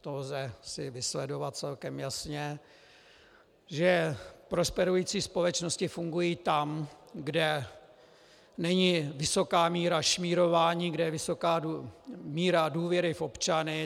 To si lze vysledovat celkem jasně, že prosperující společnosti fungují tam, kde není vysoká míra šmírování, kde je vysoká míra důvěry v občany.